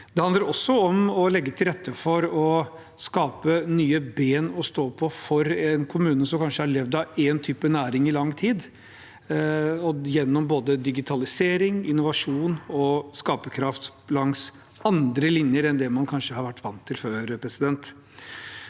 Det handler også om å legge til rette for å skape nye bein å stå på for en kommune som kanskje har levd av én type næring i lang tid, gjennom både digitalisering, innovasjon og skaperkraft langs andre linjer enn det man kanskje har vært vant til før. I sum